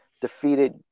defeated